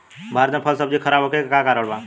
भारत में फल सब्जी खराब होखे के का कारण बा?